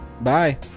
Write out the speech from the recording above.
Bye